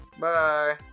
Bye